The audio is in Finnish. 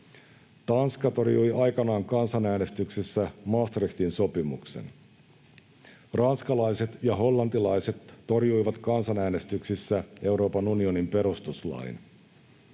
Tanska torjui aikanaan kan-sanäänestyksessä Maastrichtin sopimuksen. Ranskalaiset ja hollantilaiset torjuivat kansanäänestyksessä Euroopan unionin perustuslain.